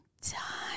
time